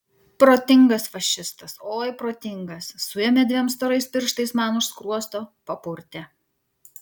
protingas fašistas oi protingas suėmė dviem storais pirštais man už skruosto papurtė